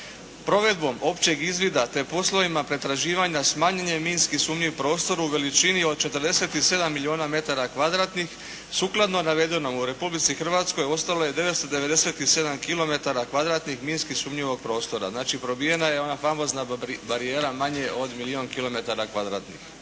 Provedbom općeg izvida te poslovima pretraživanja smanjen je minski sumnjiv prostor u veličini od 47 milijuna m2. Sukladno navedenom u Republici Hrvatskoj ostalo je 997 km2 minski sumnjivog prostora. Znači probijena je ona famozna barijera manje od milijun km2. U strukturi